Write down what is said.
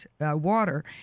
Water